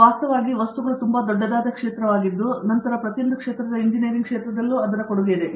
ಪ್ರತಾಪ್ ಹರಿಡೋಸ್ ಸರಿ ವಾಸ್ತವವಾಗಿ ವಸ್ತುಗಳು ತುಂಬಾ ದೊಡ್ಡದಾದ ಕ್ಷೇತ್ರವಾಗಿದ್ದು ನಂತರ ಪ್ರತಿಯೊಂದು ಕ್ಷೇತ್ರದ ಎಂಜಿನಿಯರಿಂಗ್ ಕ್ಷೇತ್ರವೂ ಅದರಲ್ಲಿದೆ